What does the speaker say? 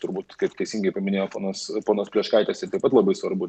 turbūt kaip teisingai paminėjo ponas ponas plečkaitis tai pat labai svarbu